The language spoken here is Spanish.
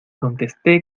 contesté